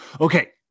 okay